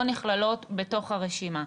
לא נכללות בתוך הרשימה.